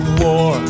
war